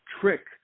trick